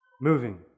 moving